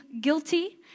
guilty